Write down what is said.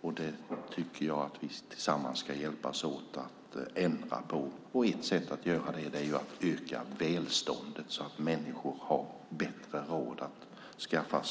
och det tycker jag att vi tillsammans ska hjälpas åt att ändra på. Ett sätt att göra det är att öka välståndet så att människor har bättre råd att skaffa